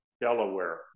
Delaware